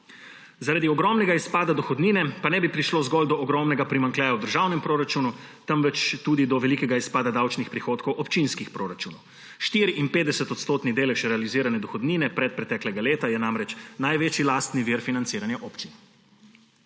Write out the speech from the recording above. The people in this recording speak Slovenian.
Zaradi ogromnega izpada dohodnine pa ne bi prišlo zgolj do ogromnega primanjkljaja v državnem proračunu, temveč tudi do velikega izpada davčnih prihodkov občinskih proračunov. 54-odstotni delež realizirane dohodnine predpreteklega leta je namreč največji lastni vir financiranja občin.